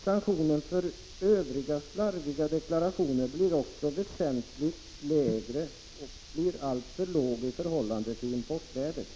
Sanktionen för övriga slarviga deklarationer blir också väsentligt lägre och alltför låg i förhållande till importvärdet.